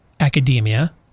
academia